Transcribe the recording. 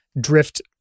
drift